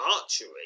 archery